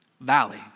valley